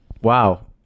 Wow